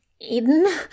Eden